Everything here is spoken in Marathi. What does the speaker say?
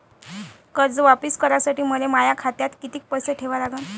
कर्ज वापिस करासाठी मले माया खात्यात कितीक पैसे ठेवा लागन?